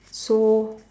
so